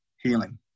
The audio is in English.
healing